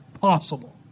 possible